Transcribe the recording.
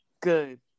good